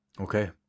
okay